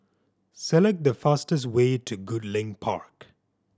select the fastest way to Goodlink Park